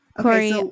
Corey